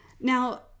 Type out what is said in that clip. Now